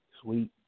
Sweet